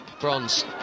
bronze